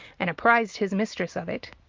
and apprized his mistress of it.